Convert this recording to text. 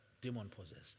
demon-possessed